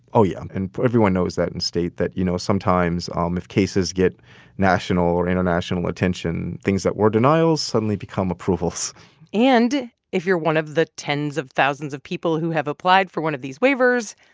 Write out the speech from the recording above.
oh, yeah. and everyone knows that in state that, you know, sometimes um if cases get national or international attention, things that were denials suddenly become approvals and if you're one of the tens of thousands of people who have applied for one of these waivers,